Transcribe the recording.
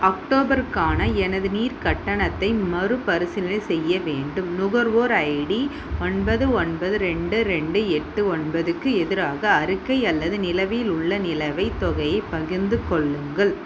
அக்டோபருக்கான எனது நீர் கட்டணத்தை மறுபரிசீலனை செய்ய வேண்டும் நுகர்வோர் ஐடி ஒன்பது ஒன்பது ரெண்டு ரெண்டு எட்டு ஒன்பதுக்கு எதிராக அறிக்கை அல்லது நிலுவையில் உள்ள நிலுவைத் தொகையைப் பகிர்ந்து கொள்ளுங்கள்